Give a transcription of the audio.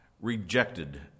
rejected